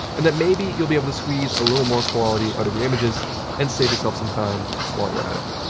and that maybe you'll be able to squeeze a little more quality out of your images and save yourself some time while you're at it.